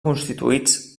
constituïts